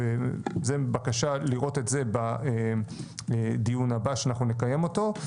זו בקשה לראות את זה בדיון הבא שאנחנו נקיים אותו.